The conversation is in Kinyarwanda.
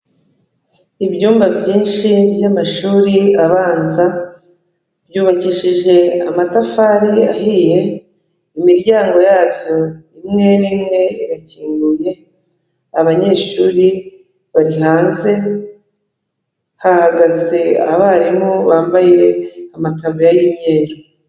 Ibyumba byinshi by'amashuri abanza, byubakishije amatafari ahiye, imiryango yabyo imwe n'imwe irakinguye, abanyeshuri bari hanze, hahagaze abarimu bambaye amataburiya y'imyeru.